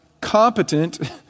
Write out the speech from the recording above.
competent